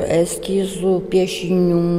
eskizų piešinių